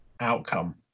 outcome